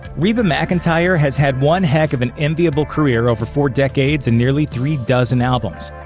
reba mcentire has had one heck of an enviable career over four decades and nearly three dozen albums.